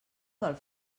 del